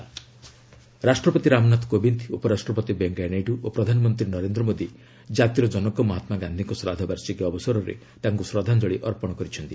martyrs day Gandhi ରାଷ୍ଟ୍ରପତି ରାମାନାଥ କୋବିନ୍ଦ ଉପରାଷ୍ଟ୍ରପତି ଭେଙ୍କେୟା ନାଇଡୁ ଓ ପ୍ରଧାନମନ୍ତ୍ରୀ ନରେନ୍ଦ୍ର ମୋଦି କାତିର କନକ ମହାତ୍ମା ଗାନ୍ଧୀଙ୍କ ଶ୍ରାଦ୍ଧବାର୍ଷିକୀ ଅବସରରେ ତାଙ୍କୁ ଶ୍ରଦ୍ଧାଞ୍ଜଳି ଅର୍ପଣ କରିଛନ୍ତି